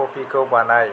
कफिखौ बानाय